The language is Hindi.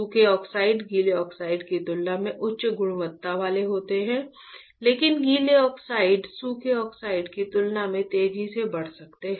सूखे ऑक्साइड गीले ऑक्साइड की तुलना में उच्च गुणवत्ता वाले होते हैं लेकिन गीले ऑक्साइड सूखे ऑक्साइड की तुलना में तेजी से बढ़ सकते हैं